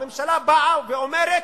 הממשלה באה ואומרת: